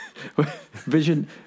vision